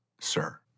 sir